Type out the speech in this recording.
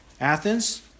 Athens